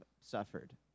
suffered